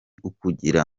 ukugira